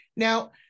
Now